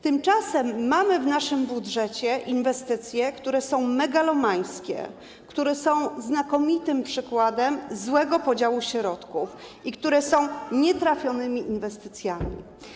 Tymczasem mamy w naszym budżecie inwestycje, które są megalomańskie, które są znakomitym przykładem złego podziału środków i które są nietrafionymi inwestycjami.